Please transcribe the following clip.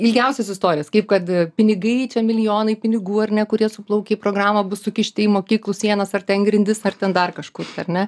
ilgiausias istorijas kaip kad pinigai čia milijonai pinigų ar ne kurie suplaukia į programą bus sukišti į mokyklų sienas ar ten grindis ar ten dar kažkur tai ar ne